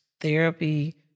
therapy